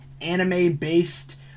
anime-based